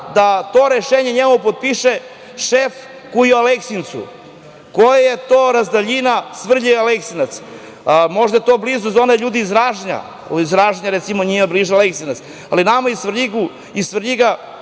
da to rešenje njegovo potpiše šef koji je u Aleksincu. Koja je to razdaljina Svrljig – Aleksinac? Možda je to blizu za one ljude iz Ražnja, iz Ražnja recimo njima je bliže Aleksinac, ali nama iz Svrljiga